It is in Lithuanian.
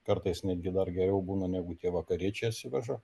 kartais netgi dar geriau būna negu tie vakariečiai atsiveža